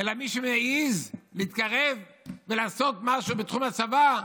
אלא מי שמעז להתקרב ולעשות משהו בתחום הצבא,